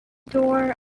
door